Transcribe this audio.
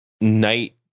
night